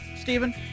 Stephen